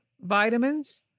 Vitamins